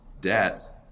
debt